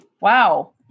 Wow